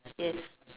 yes